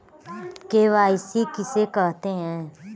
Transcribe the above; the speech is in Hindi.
के.वाई.सी किसे कहते हैं?